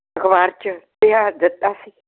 ਅਖਬਾਰ 'ਚ ਇਸ਼ਤਿਹਾਰ ਦਿੱਤਾ ਸੀ